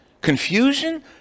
Confusion